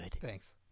Thanks